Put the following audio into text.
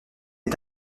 est